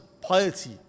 piety